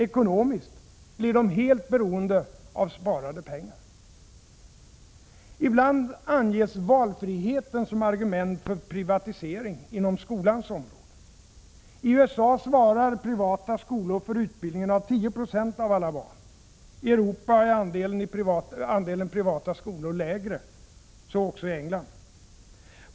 Ekonomiskt blir de helt beroende av sparade pengar. Ibland anges valfriheten som argument för privatisering inom skolans område. I USA svarar privata skolor för utbildningen av 10 26 av alla barn. I Europa är andelen privata skolor lägre — så också i England.